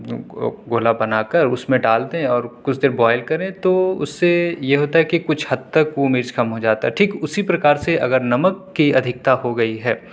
گولا بناکر اس میں ڈال دیں اور کچھ دیر بوائل کریں تو اس سے یہ ہوتا ہے کہ کچھ حد تک وہ مرچ کم ہو جاتا ہے ٹھیک اسی پرکار سے اگر نمک کی ادھکتا ہو گئی ہے